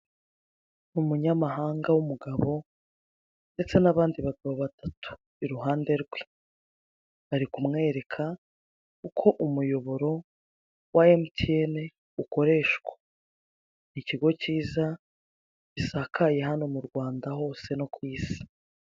Umunyamahanga w'umugabo ndetse n'abandi bagabo batatu iruhande rwe bari kumwereka uko umuyoboro wa MTN ukoreshwa, ikigo kiza gisakaye hano m'urwanda hose no kw'isi.